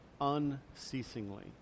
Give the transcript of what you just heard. unceasingly